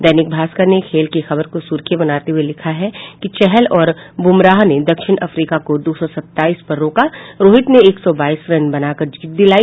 दैनिक भास्कर ने खेल की खबर को सुर्खी बनाते हुए लिखा है चहल और बूमराह ने दक्षिण अफ़ीका को दो सौ सत्ताईस पर रोका रोहित ने एक सौ बाईस रन बनाकर जीत दिलाई